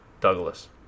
Douglas